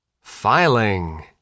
Filing